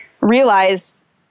realize